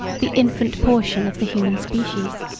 the infant portion of the human species.